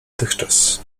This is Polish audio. tychczas